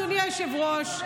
אדוני היושב-ראש,